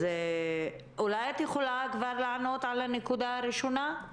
אולי את יכולה לענות כבר על הנקודה הראשונה?